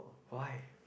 why